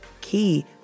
key